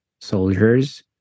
soldiers